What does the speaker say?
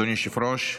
אדוני היושב-ראש,